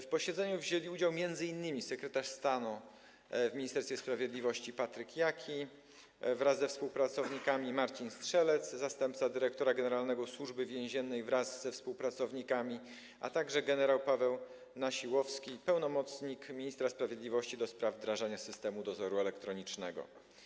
W posiedzeniu wzięli udział m.in. sekretarz stanu w Ministerstwie Sprawiedliwości Patryk Jaki wraz ze współpracownikami, zastępca dyrektora generalnego Służby Więziennej Marcin Strzelec wraz ze współpracownikami, a także gen. Paweł Nasiłowski - pełnomocnik ministra sprawiedliwości ds. wdrażania systemu dozoru elektronicznego.